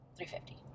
350